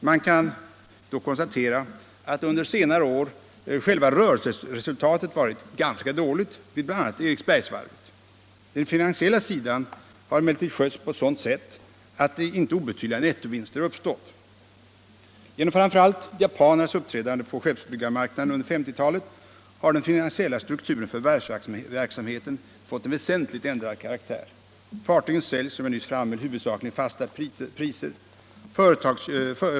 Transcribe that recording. Man kan konstatera att under senare år själva rörelseresultatet varit ganska dåligt vid bl.a. Eriksbergsvarvet. Den finansiella sidan har emellertid skötts på ett sådant sätt att icke obetydliga nettovinster uppstått. Genom framför allt japanernas uppträdande på skeppsbyggarmarknaden under 1950-talet har den finansiella strukturen för varvsverksamheten fått en väsenligt ändrad karaktär. Fartygen säljs, som jag nyss framhöll, huvudsakligen i fasta priser.